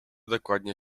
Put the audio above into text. dokładnie